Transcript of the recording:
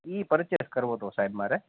એ purchase કરવો હતો સાહેબ મારે